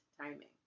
timing